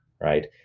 right